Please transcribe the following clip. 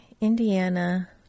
Indiana